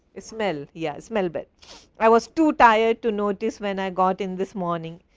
ah smell, yeah smell bed i was too tired to notice when i got in this morning.